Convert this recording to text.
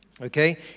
okay